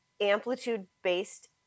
amplitude-based